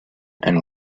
and